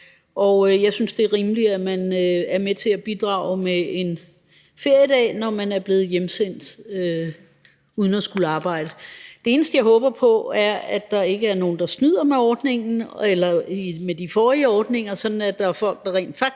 og jeg synes, det er rimeligt, at man er med til at bidrage med en feriedag, når man er blevet hjemsendt uden at skulle arbejde. Det eneste, jeg håber på, er, at der ikke er nogen, der snyder med ordningen eller med de forrige ordninger, sådan at der er folk, der rent faktisk